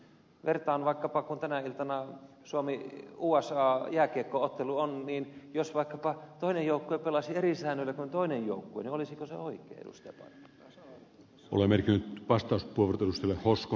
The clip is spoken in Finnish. vertaan vaikkapa kun tänä iltana on suomiusa jääkiekko ottelu niin jos yksi joukkue pelaisi eri säännöillä kuin toinen joukkue olisiko se oikein ed